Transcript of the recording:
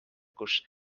kus